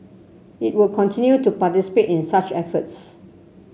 it will continue to participate in such efforts